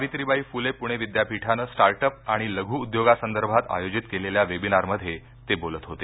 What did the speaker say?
सावित्रीबाई फुले पुणे विद्यापीठानं startups आणि लघ् उद्योगांसंदर्भात आयोजित केलेल्या वेबिनारमध्ये ते बोलत होते